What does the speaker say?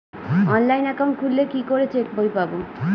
Online account খুললে কি করে চেক বই পাব?